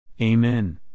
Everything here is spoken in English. Amen